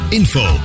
info